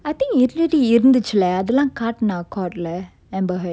I think itladi இருந்துச்சில அதலாம் காட்னா:irunduchila athalam katna code lah amber heard